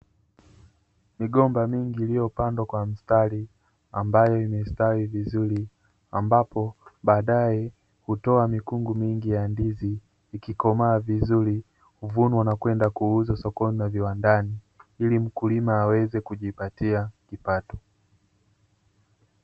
Migomba mingi iliyopandwa kwa mistari ambayo imestawi vizuri, ambapo baadae hutoa mikungu mingi ya ndizi ikikomaa vizuri huvunwa na kwenda kuuzwa sokoni na viwandani ili mkulima aweze kujipatia kipato.